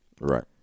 Right